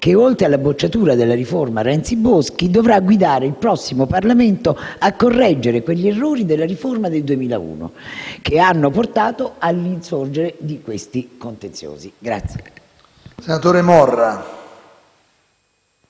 che, oltre alla bocciatura della riforma Renzi-Boschi, dovrà guidare il prossimo Parlamento a correggere quegli errori della riforma del 2001 che hanno portato all'insorgere di questi contenziosi.